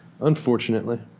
Unfortunately